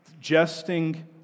jesting